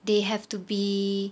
they have to be